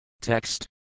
Text